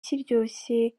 kiryoshye